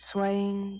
Swaying